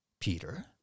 Peter